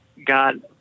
God